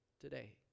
today